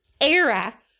era